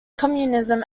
communism